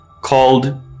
called